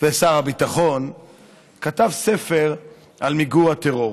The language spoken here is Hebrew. ושר הביטחון כתב ספר על מיגור הטרור.